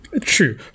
True